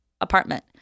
apartment